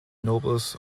nobles